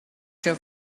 have